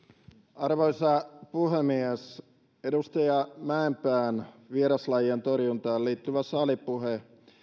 arvoisa puhemies edustaja mäenpään vieraslajien torjuntaan liittyvä salipuhe